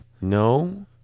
No